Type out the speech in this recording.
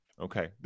okay